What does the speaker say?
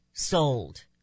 Sold